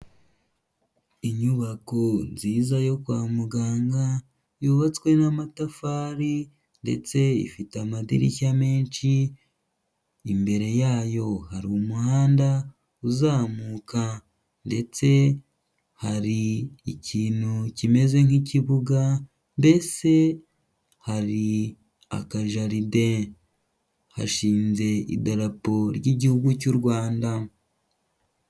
Inyubako nziza yo kwa muganga yubatswe n'amatafari ndetse ifite amadirishya menshi, imbere yayo hari umuhanda uzamuka ndetse hari ikintu kimeze nk'ikibuga, mbese hari akajaride, hashinze idarapo ry'Igihugu cy'u Rwanda.